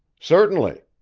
certainly.